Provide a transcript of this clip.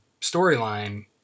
storyline